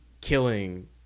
killing